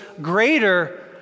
greater